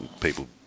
people